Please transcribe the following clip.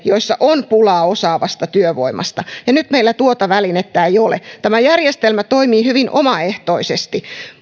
joissa on pulaa osaavasta työvoimasta nyt meillä tuota välinettä ei ole tämä järjestelmä toimii hyvin omaehtoisesti